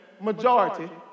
majority